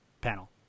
panel